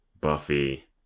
Buffy